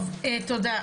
טוב, תודה.